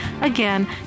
Again